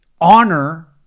honor